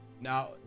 now